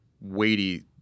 weighty